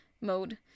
mode